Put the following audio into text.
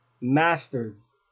masters